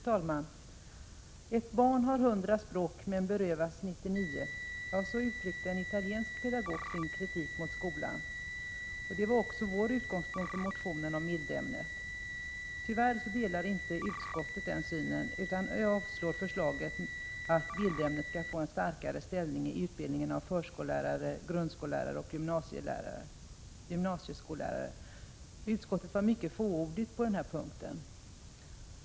Fru talman! ”Ett barn har hundra språk men berövas nittionio.” Så uttryckte en italiensk pedagog sin kritik mot skolan. Det var också utgångspunkten för vår motion om bildämnet. Tyvärr delar inte utskottet vår syn utan avslår förslaget att bildämnet skulle få en starkare ställning i utbildningen av förskollärare, grundskollärare och gymnasieskollärare. Utskottet var mycket fåordigt på den här punkten.